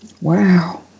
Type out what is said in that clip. Wow